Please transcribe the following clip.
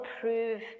prove